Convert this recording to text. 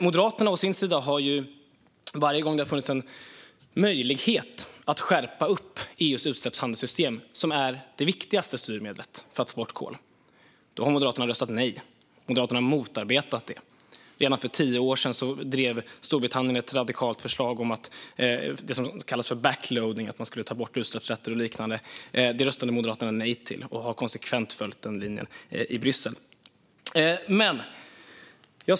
Moderaterna har å sin sida röstat nej varje gång det funnits en möjlighet att skärpa EU:s utsläppshandelssystem, som är det viktigaste styrmedlet för att få bort kolet. Då har Moderaterna motarbetat det. Redan för tio år sedan drev Storbritannien ett radikalt förslag om det som kallas för backloading, att man skulle ta bort utsläppsrätter och liknande. Det röstade Moderaterna nej till, och man har konsekvent följt den linjen i Bryssel.